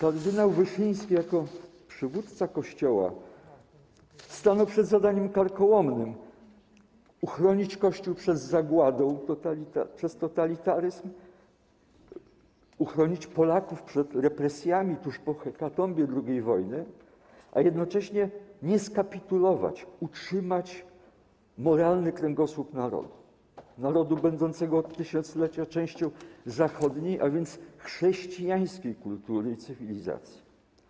Kardynał Wyszyński jako przywódca Kościoła stanął przed zadaniem karkołomnym: uchronić Kościół przed zagładą przez totalitaryzm, uchronić Polaków przed represjami tuż po hekatombie II wojny, a jednocześnie nie skapitulować, utrzymać moralny kręgosłup narodu, narodu będącego od tysiąclecia częścią zachodniej, a więc chrześcijańskiej, kultury i cywilizacji.